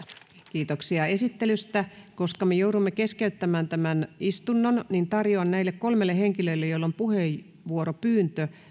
kiitoksia esittelystä koska me joudumme keskeyttämään tämän istunnon niin tarjoan näille kolmelle henkilölle joilla on puheenvuoropyyntö